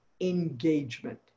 engagement